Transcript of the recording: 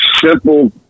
simple